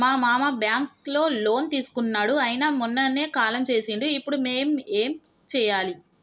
మా మామ బ్యాంక్ లో లోన్ తీసుకున్నడు అయిన మొన్ననే కాలం చేసిండు ఇప్పుడు మేం ఏం చేయాలి?